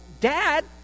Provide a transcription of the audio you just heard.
dad